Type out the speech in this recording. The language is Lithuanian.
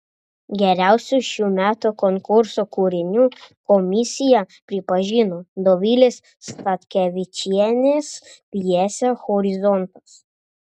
geriausiu šių metų konkurso kūriniu komisija pripažino dovilės statkevičienės pjesę horizontas